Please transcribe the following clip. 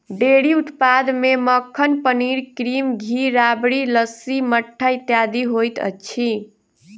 dairy उत्पाद मे मक्खन, पनीर, क्रीम, घी, राबड़ी, लस्सी, मट्ठा इत्यादि होइत अछि